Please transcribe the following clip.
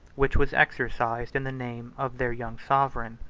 which was exercised in the name of their young sovereign.